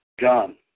John